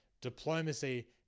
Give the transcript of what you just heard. diplomacy